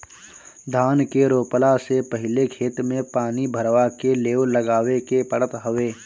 धान के रोपला से पहिले खेत में पानी भरवा के लेव लगावे के पड़त हवे